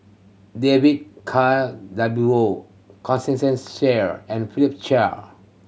David W O Constance Sheare and Philip Chia